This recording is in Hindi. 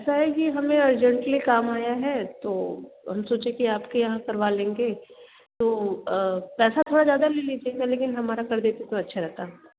ऐसा है की हमें अरजेन्टली काम आया है तो हम सोचे की आपके यहाँ करवा लेंगे तो पैसा थोड़ा ज़्यादा ले लीजिएगा लेकिन हमारा कर देते तो अच्छा रहता